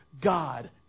God